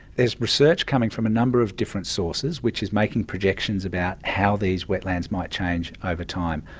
there's research coming from a number of different sources which is making projections about how these wetlands might change over time.